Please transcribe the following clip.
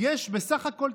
מ-599 נקודות ל-2,000 נקודות.